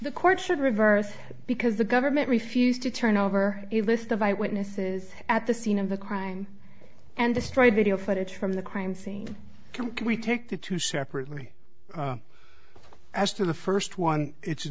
the court should reverse because the government refused to turn over a list of eyewitnesses at the scene of the crime and destroy video footage from the crime scene can we take that too separately as to the first one it's a